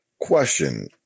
question